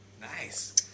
nice